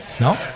no